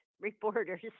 reporters